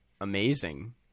amazing